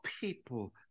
people